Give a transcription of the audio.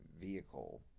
vehicle